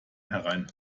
herein